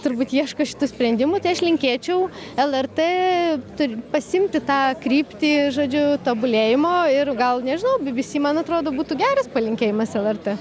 turbūt ieško šitų sprendimų tai aš linkėčiau lrt turi pasiimti tą kryptį žodžiu tobulėjimo ir gal nežinau bbc man atrodo būtų geras palinkėjimas lrt